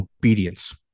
obedience